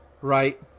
right